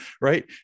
Right